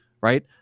right